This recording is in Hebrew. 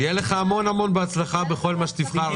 שיהיה לך המון המון בהצלחה בכל מה שתבחר.